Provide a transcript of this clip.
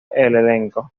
elenco